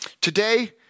Today